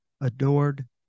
adored